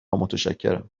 متشکرم